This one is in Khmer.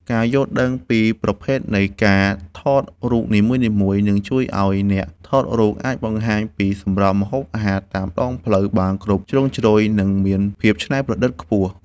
ការយល់ដឹងពីប្រភេទនៃការថតរូបនីមួយៗ នឹងជួយឱ្យអ្នកថតរូបអាចបង្ហាញពីសម្រស់ម្ហូបអាហារតាមដងផ្លូវបានគ្រប់ជ្រុងជ្រោយ និងមានភាពច្នៃប្រឌិតខ្ពស់។